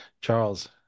Charles